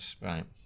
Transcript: right